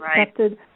accepted